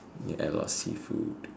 you add a lot of seafood